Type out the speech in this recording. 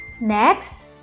Next